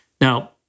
Now